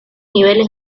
niveles